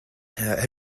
have